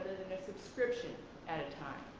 a subscription at a time.